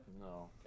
No